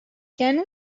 can